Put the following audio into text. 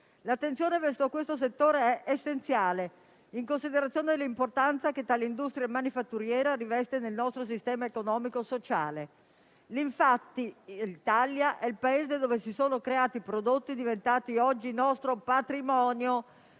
L'attenzione verso questo settore è essenziale, in considerazione dell'importanza che tale industria manifatturiera riveste nel nostro sistema economico-sociale. Infatti, l'Italia è il Paese dove si sono creati i prodotti diventati oggi il nostro patrimonio